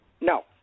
No